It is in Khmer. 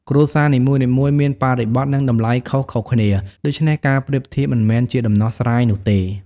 គ្រួសារនីមួយៗមានបរិបទ និងតម្លៃខុសៗគ្នា ដូច្នេះការប្រៀបធៀបមិនមែនជាដំណោះស្រាយនោះទេ។